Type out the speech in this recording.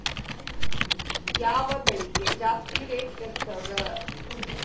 ಯಾವ ಬೆಳಿಗೆ ಜಾಸ್ತಿ ರೇಟ್ ಇರ್ತದ?